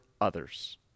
others